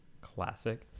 classic